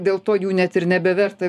dėl to jų net ir nebeverta